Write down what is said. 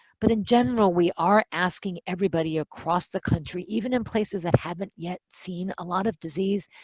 but in general, we are asking everybody across the country, even in places that haven't yet seen a lot of disease,